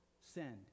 Send